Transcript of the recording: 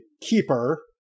keeper